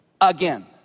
again